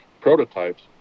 prototypes